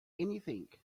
anything